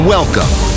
Welcome